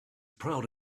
proud